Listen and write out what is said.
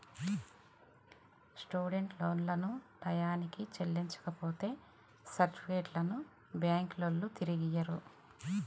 student లోన్లను టైయ్యానికి చెల్లించపోతే సర్టిఫికెట్లను బ్యాంకులోల్లు తిరిగియ్యరు